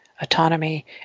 autonomy